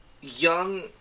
young